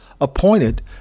appointed